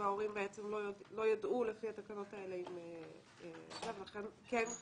וההורים לא ידעו לפי התקנות האלה אם הם זכאים.